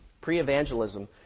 Pre-evangelism